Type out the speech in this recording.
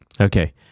Okay